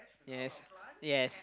yes yes